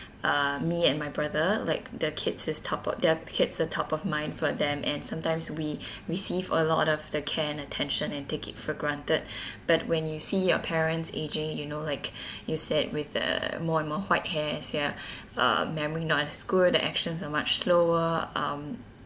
uh me and my brother like the kids are top of their kids a top of mind for them and sometimes we receive a lot of the care and attention and take it for granted but when you see your parents ageing you know like you said with the more and more white hairs ya uh memory not as good the actions are much slower um